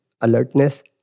alertness